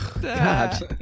God